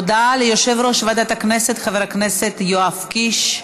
הודעה ליושב-ראש ועדת הכנסת, חבר הכנסת יואב קיש.